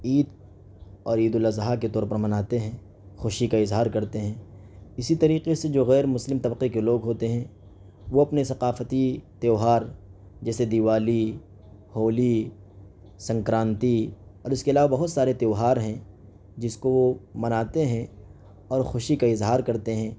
عید اور عید الاضحیٰ کے طور پر مناتے ہیں خوشی کا اظہار کرتے ہیں اسی طریقے سے جو غیرمسلم طبقے کے لوگ ہوتے ہیں وہ اپنے ثقافتی تیوہار جیسے دیوالی ہولی شنکراتی اور اس کے علاوہ بہت سارے تیوہار ہیں جس کو وہ مناتے ہیں اور خوشی کا اظہار کرتے ہیں